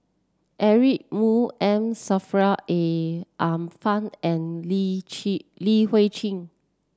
Eric Moo M Saffri A A Manaf and Li Chi Li Hui Cheng